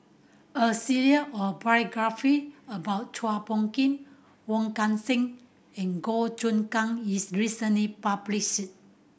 a series of biography about Chua Phung Kim Wong Kan Seng and Goh Choon Kang is recently published